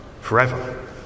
forever